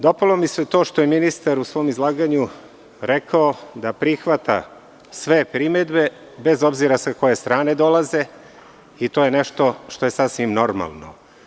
Dopalo mi se to što je ministar u svom izlaganju rekao da prihvata sve primedbe, bez obzira sa koje strane dolaze, i to je nešto što je sasvim normalno.